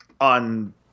on